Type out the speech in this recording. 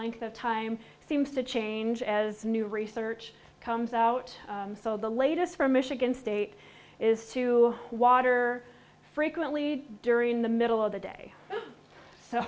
length of time seems to change as new research comes out so the latest from michigan state is to water frequently during the middle of the day so